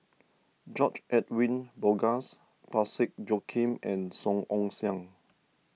George Edwin Bogaars Parsick Joaquim and Song Ong Siang